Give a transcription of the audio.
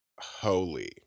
holy